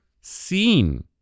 seen